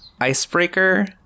icebreaker